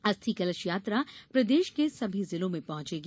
अस्थि कलश यात्रा प्रदेश के सभी जिलों में पहॅचेगी